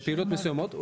בפעולות מסוימות,